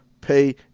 pay